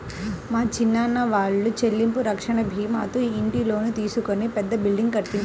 మా చిన్నాన్న వాళ్ళు చెల్లింపు రక్షణ భీమాతో ఇంటి లోను తీసుకొని పెద్ద బిల్డింగ్ కట్టించారు